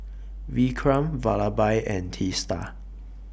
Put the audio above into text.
Vikram Vallabhbhai and Teesta